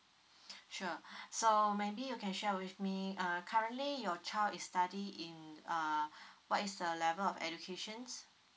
sure so maybe you can share with me err currently your child is study in uh what is the level of educations